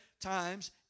times